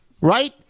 Right